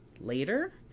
later